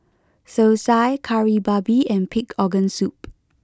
Thosai Kari Babi and Pig Organ Soup